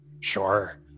Sure